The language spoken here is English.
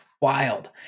wild